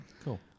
cool